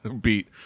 beat